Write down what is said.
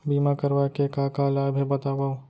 बीमा करवाय के का का लाभ हे बतावव?